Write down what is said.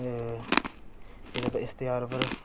ते इस ध्यार पर